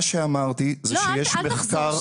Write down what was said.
מה שאמרתי זה שיש מחקר --- לא, אל תחזור.